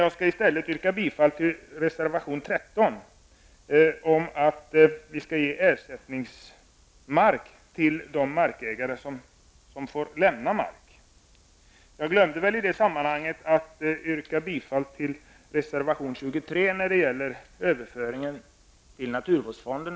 Jag yrkar i stället bifall till reservation 13, som handlar om att de markägare som får lämna mark skall få ersättningsmark. Jag glömde att yrka bifall till reservation 23, som rör överföring av domänverksmark till naturvårdsfonden.